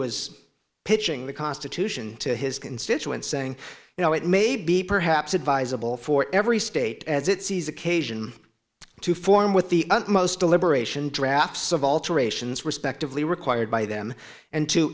was pitching the constitution to his constituents saying you know it may be perhaps advisable for every state as it sees occasion to form with the utmost deliberation draps of alterations respectively required by them and to